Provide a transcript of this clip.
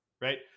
right